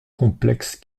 complexe